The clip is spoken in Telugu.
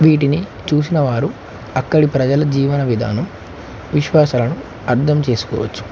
వీటిని చూసిన వారు అక్కడి ప్రజల జీవన విధానం విశ్వాసలను అర్థం చేసుకోవచ్చు